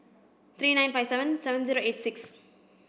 three nine five seven seven zero eight six